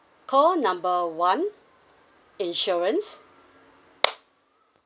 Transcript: call number one insurance